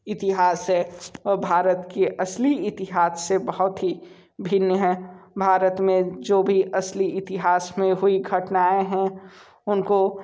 इतिहास है और भारत के असली इतिहास से बहुत ही भिन्न है भारत में जो भी असली इतिहास में हुई घटनाएं हैं उन को